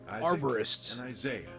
Arborists